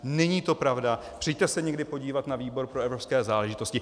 Není to pravda, přijďte se někdy podívat na výbor pro evropské záležitosti.